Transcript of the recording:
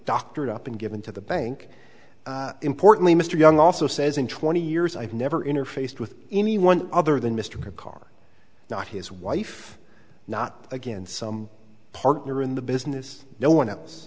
doctored up and given to the bank importantly mr young also says in twenty years i've never interfaced with anyone other than mr carr not his wife not again some partner in the business no one else